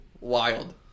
Wild